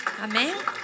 Amen